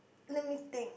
let me think